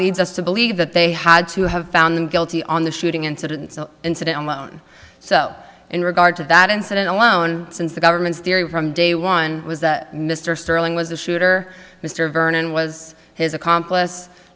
leads us to believe that they had to have found guilty on the shooting incident incident on one so in regard to that incident alone since the government's theory from day one was that mr sterling was the shooter mr vernon was his accomplice